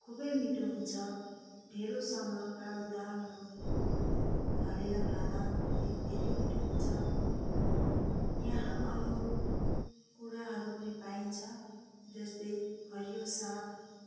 खुबै मिठो हुन्छ ढेँडोसँग कालो दालहरू हालेर खाँदा पनि धेरै मिठो हुन्छ यहाँ अरू कुराहरू पनि पाइन्छ जस्तै हरियो साग